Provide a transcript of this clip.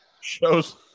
Shows